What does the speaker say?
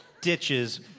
ditches